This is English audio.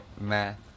math